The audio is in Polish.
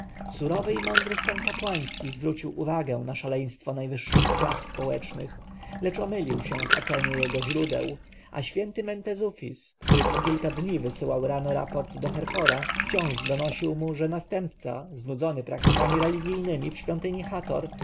i mądry stan kapłański zwrócił uwagę na szaleństwa najwyższych klas społecznych lecz omylili się w ocenianiu jego źródeł a święty mentezufis który co kilka dni wysyłał rano raport do herhora wciąż donosił mu że następca znudzony praktykami religijnemi w świątyni